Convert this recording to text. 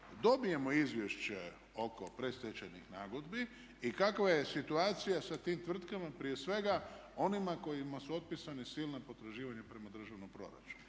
dobijemo izvješće oko predstečajnih nagodbi. I kakva je situacija sa tim tvrtkama prije svega onima kojima su otpisana silna potraživanja prema državnom proračunu.